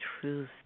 truth